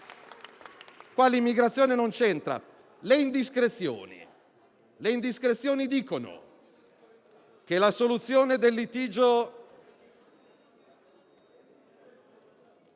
L'immigrazione non c'entra. Le indiscrezioni dicono che la soluzione del litigio...